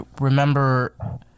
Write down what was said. remember